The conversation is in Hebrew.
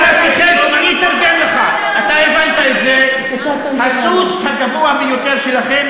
אתה הבנת את זה: הסוס הגבוה ביותר שלכם,